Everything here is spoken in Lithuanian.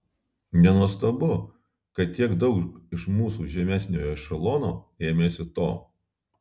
nenuostabu kad tiek daug iš mūsų žemesniojo ešelono ėmėsi to